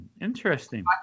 Interesting